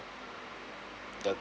the